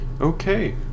Okay